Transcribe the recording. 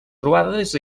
croades